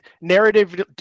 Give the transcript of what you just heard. narrative